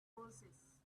roses